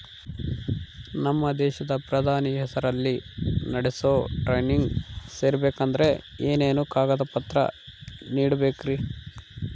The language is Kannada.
ನಮ್ಮ ದೇಶದ ಪ್ರಧಾನಿ ಹೆಸರಲ್ಲಿ ನಡೆಸೋ ಟ್ರೈನಿಂಗ್ ಸೇರಬೇಕಂದರೆ ಏನೇನು ಕಾಗದ ಪತ್ರ ನೇಡಬೇಕ್ರಿ?